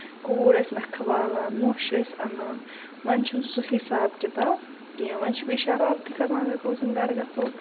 کوٗر ٲسۍ نَکھٕ والان نۄش ٲسۍ اَنان وۄنۍ چھُنہٕ سُہ حِساب کِتاب کیٚنہہ وۄنۍ چھُ بیٚیہِ شَرارتٕے تہِ کھسان اَگر کٲنسہِ ہُند گرٕ گژھو